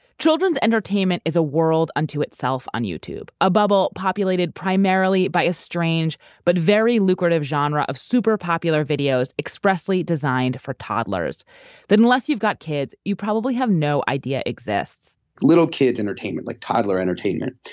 children's entertainment is a world unto itself on youtube, a bubble populated primarily by a strange but very lucrative genre of super-popular videos expressly designed for toddlers that unless you've got kids, you probably have no idea exists little kids' entertainment, like toddler entertainment,